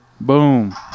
Boom